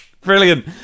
brilliant